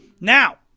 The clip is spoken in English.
Now